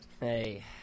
Hey